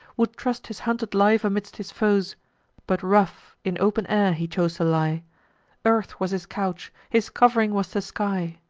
would trust his hunted life amidst his foes but, rough, in open air he chose to lie earth was his couch, his cov'ring was the sky.